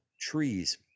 trees